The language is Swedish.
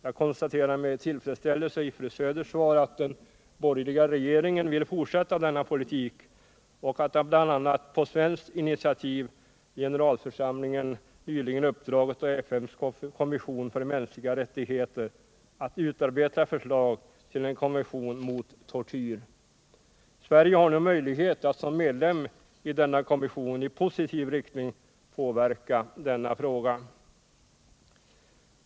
Jag konstaterar med tillfredsställelse att fru Söder i sitt svar anger att den borgerliga regeringen vill fortsätta denna politik och att bl.a. på svenskt initiativ generalförsamlingen nyligen uppdragit åt FN:s kommission för mänskliga rättigheter att utarbeta förslag till en konvention mot tortyr. Sverige har nu möjlighet att som medlem i denna kommission i positiv riktning påverka denna fråga.